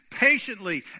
patiently